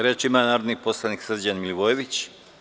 Reč ima narodni poslanik Srđan Milivojević.